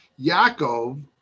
Yaakov